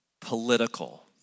political